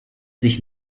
sich